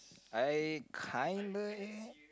I kinda am